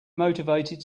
motivated